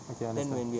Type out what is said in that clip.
okay understand